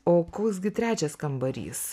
o koks gi trečias kambarys